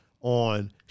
on